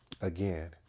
again